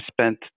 spent